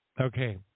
Okay